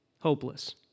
Hopeless